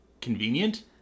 convenient